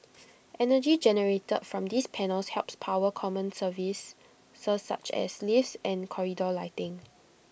energy generated from these panels helps power common services such as lifts and corridor lighting